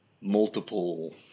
multiple